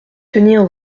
tenir